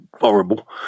horrible